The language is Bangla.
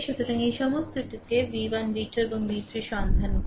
সুতরাং এই সমস্তটি v1 v2 এবং v3 সন্ধান করে